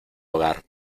hogar